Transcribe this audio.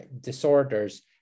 disorders